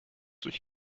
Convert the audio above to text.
durch